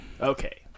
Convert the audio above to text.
Okay